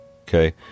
Okay